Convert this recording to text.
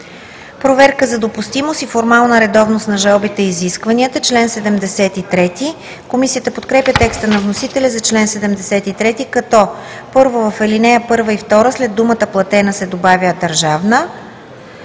Проверка за допустимост и формална редовност на жалбите и исканията“. Комисията подкрепя текста на вносителя за чл. 73, като: 1. В ал. 1 и 2 след думата „платена“ се добавя „държавна“.